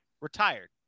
retired